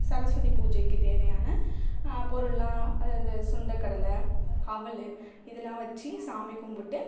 சரஸ்வதி பூஜைக்குத் தேவையான பொருள் எல்லாம் அதாவது சுண்டக்கடலை அவல் இதெல்லாம் வச்சு சாமி கும்பிட்டு